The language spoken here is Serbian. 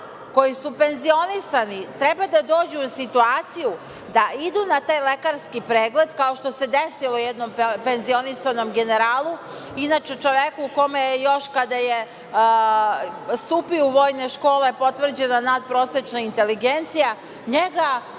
koji su penzionisani treba da dođu u situaciju da idu na taj lekarski pregled, kao što se desilo jednom penzionisanom generalu, inače čoveku kome još kada je stupio u vojne škole potvrđena natprosečna inteligencija, njega